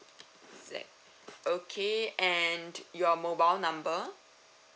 Z okay and your mobile number